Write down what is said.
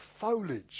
foliage